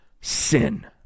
sin